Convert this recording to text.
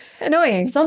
annoying